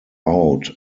out